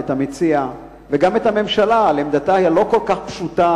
את המציע וגם את הממשלה על עמדתה הלא כל כך פשוטה,